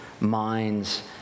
minds